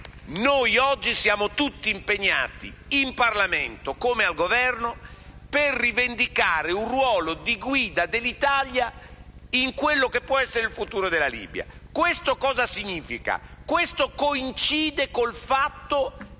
Noi oggi siamo tutti impegnati, in Parlamento come al Governo, per rivendicare un ruolo di guida per l'Italia in quello che può essere il futuro della Libia. Questo cosa significa? Questo coincide con il fatto